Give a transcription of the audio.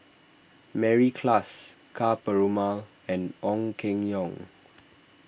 Mary Klass Ka Perumal and Ong Keng Yong